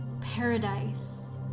Paradise